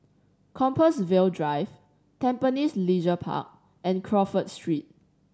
Compassvale Drive Tampines Leisure Park and Crawford Street